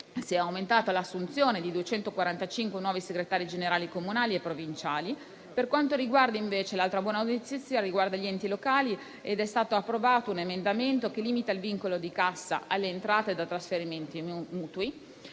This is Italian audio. È aumentata l'assunzione di 245 nuovi segretari generali comunali e provinciali. L'altra buona notizia riguarda gli enti locali: è stato approvato un emendamento che limita il vincolo di cassa alle entrate da trasferimenti mutui;